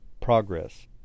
progress